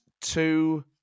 two